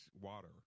water